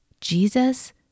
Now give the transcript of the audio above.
Jesus